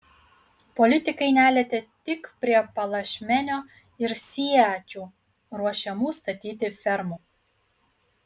politikai nelietė tik prie palašmenio ir siečių ruošiamų statyti fermų